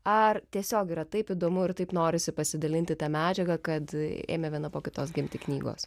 ar tiesiog yra taip įdomu ir taip norisi pasidalinti ta medžiaga kad ėmė viena po kitos gimti knygos